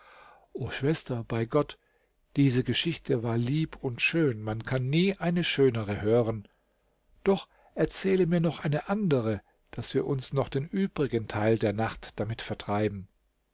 o schwester bei gott diese geschichte war lieb und schön man kann nie eine schönere hören doch erzähle mir noch eine andere daß wir uns noch den übrigen teil der nacht damit vertreiben